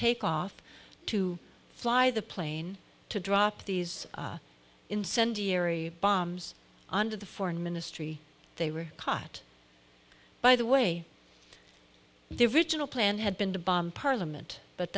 take off to fly the plane to drop these incendiary bombs onto the foreign ministry they were caught by the way their original plan had been to bomb parliament but